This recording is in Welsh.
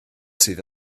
sydd